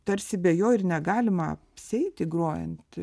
tarsi be jo ir negalima apseiti grojant